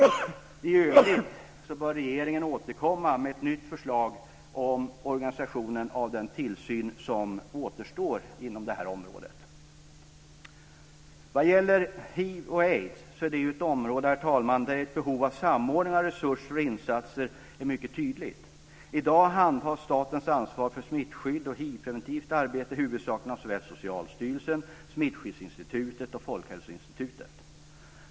I övrigt bör regeringen återkomma med ett nytt förslag om organisationen av den tillsyn som återstår inom det här området. Hiv och aids är ett område, herr talman, där behovet av samordning av resurser och insatser är tydligt. I dag handhas statens ansvar för smittskydd och hivpreventivt arbete huvudsakligen av såväl Socialstyrelsen som Smittskyddsinstitutet och Folkhälsoinstitutet.